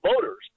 voters